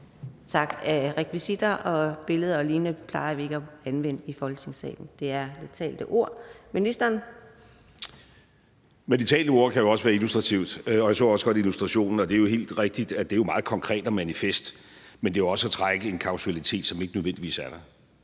Tak. Rekvisitter, billeder og lignende plejer vi ikke at anvende i Folketingssalen. Det er det talte ord, der gælder. Ministeren. Kl. 13:09 Udenrigsministeren (Lars Løkke Rasmussen): Men det talte ord kan jo også være illustrativt, og jeg så også godt illustrationen, og det er helt rigtigt, at det er meget konkret og manifest, men det er jo også at trække en kausalitet, som ikke nødvendigvis er der.